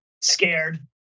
scared